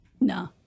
No